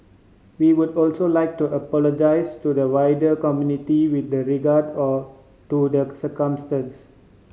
we would also like to apologise to the wider community with the regard a to the circumstance